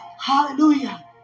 Hallelujah